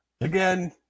Again